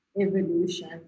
evolution